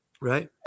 Right